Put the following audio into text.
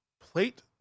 plate